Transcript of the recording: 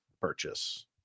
purchase